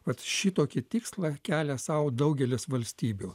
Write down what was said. vat šitokį tikslą kelia sau daugelis valstybių